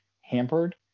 hampered